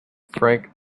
frank